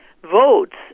votes